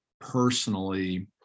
personally